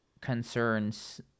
concerns